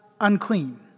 unclean